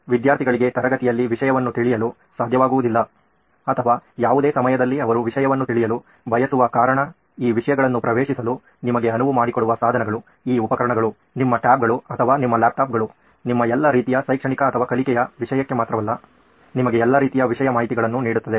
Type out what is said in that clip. ವಿದ್ಯಾರ್ಥಿಗಳಿಗೆ ತರಗತಿಯಲ್ಲಿ ವಿಷಯವನ್ನು ತಿಳಿಯಲು ಸಾಧ್ಯವಾಗುವುದಿಲ್ಲ ಅಥವಾ ಯಾವುದೇ ಸಮಯದಲ್ಲಿ ಅವರು ವಿಷಯವನ್ನು ತಿಳಿಯಲು ಬಯಸುವ ಕಾರಣ ಈ ವಿಷಯಗಳನ್ನು ಪ್ರವೇಶಿಸಲು ನಿಮಗೆ ಅನುವು ಮಾಡಿಕೊಡುವ ಸಾಧನಗಳು ಈ ಉಪಕರಣಗಳು ನಿಮ್ಮ ಟ್ಯಾಬ್ಗಳು ಅಥವಾ ನಿಮ್ಮ ಲ್ಯಾಪ್ಟಾಪ್ಗಳು ನಿಮ್ಮ ಎಲ್ಲಾ ರೀತಿಯ ಶೈಕ್ಷಣಿಕ ಅಥವಾ ಕಲಿಕೆಯ ವಿಷಯಕ್ಕೆ ಮಾತ್ರವಲ್ಲ ನಿಮಗೆ ಎಲ್ಲಾ ರೀತಿಯ ವಿಷಯ ಮಾಹಿತಿಗಳನ್ನು ನೀಡುತ್ತದೆ